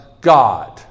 God